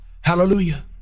Hallelujah